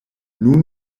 nun